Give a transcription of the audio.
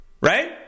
Right